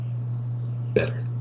better